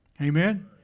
amen